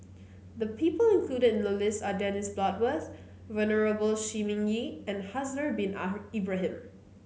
the people included in the list are Dennis Bloodworth Venerable Shi Ming Yi and Haslir Bin Ibrahim